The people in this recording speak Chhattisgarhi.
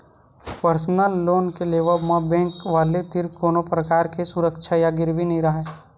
परसनल लोन के लेवब म बेंक वाले तीर कोनो परकार के सुरक्छा या गिरवी नइ राहय